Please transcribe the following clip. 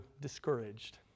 discouraged